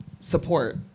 support